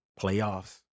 playoffs